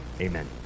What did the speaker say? Amen